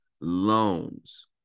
loans